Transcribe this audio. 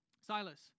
Silas